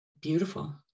beautiful